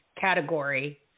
category